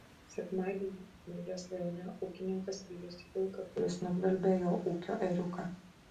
sekmadienį ukmergės rajone ūkininkas vijosi vilką kuris nugvelbė jo ūkio ėriuką